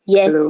Yes